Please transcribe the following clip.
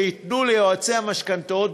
שייתנו ליועצי המשכנתאות.